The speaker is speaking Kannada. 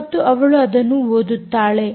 ಮತ್ತು ಅವಳು ಅದನ್ನು ಓದುತ್ತಾಳೆ